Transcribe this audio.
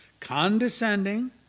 condescending